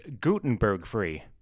Gutenberg-free